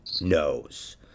knows